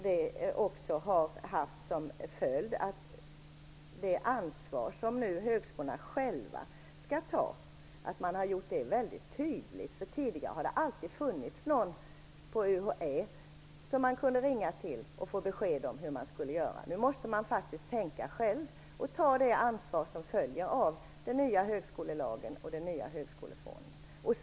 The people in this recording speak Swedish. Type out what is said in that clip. Det har fått till följd att det ansvar som högskolorna själva nu skall ta har gjorts väldigt tydligt. Tidigare har det alltid funnits någon på UHÄ som man kunde ringa till för att få besked om hur man skulle göra. Nu måste man faktiskt tänka själv och ta det ansvar som följer av den nya högskolelagen och högskoleförordningen.